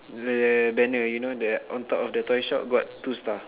the banner you know the on top of the toy shop got two star